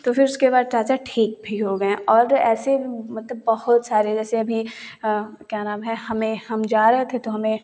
तो फिर उसके बाद चाचा ठीक भी हो गए और ऐसे मतलब बहुत सारे जैसे अभी क्या नाम है हमें हम जा रहे थे तो हमें